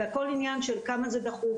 זה הכל עניין של כמה זה דחוף,